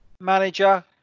manager